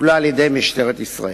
שטופלה על-ידי משטרת ישראל.